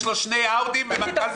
יש לו שני אאודי, אין לו שום בעיה.